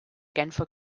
genfer